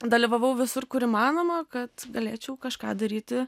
dalyvavau visur kur įmanoma kad galėčiau kažką daryti